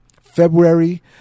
february